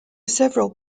several